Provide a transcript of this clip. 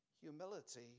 humility